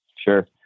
Sure